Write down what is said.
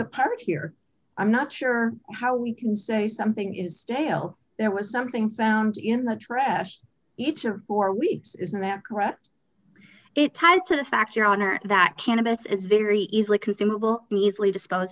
apart here i'm not sure how we can say something is stale there was something found in the trash each or four weeks isn't that correct it ties to the fact your honor that cannabis is very easily consumable easily disposed